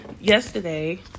Yesterday